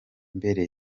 mbere